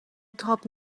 تاب